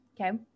okay